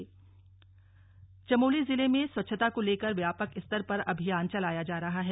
Chamoli rally Chamoli जिले में स्वच्छता को लेकर व्यापक स्तर पर अभियान चलाया जा रहा है